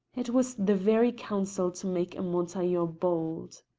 it was the very counsel to make a montaiglon bold.